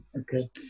Okay